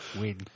Win